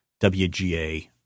WGA